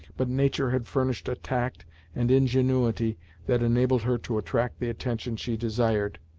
but nature had furnished a tact and ingenuity that enabled her to attract the attention she desired,